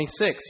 26